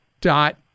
dot